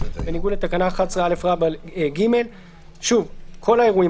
בניגוד לתקנה 11א(ג); שוב - כל האירועים